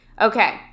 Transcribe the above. Okay